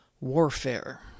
warfare